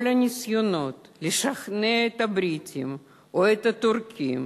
כל הניסיונות לשכנע את הבריטים או את הטורקים